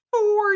four